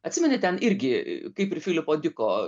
atsimeni ten irgi kaip ir filipo diko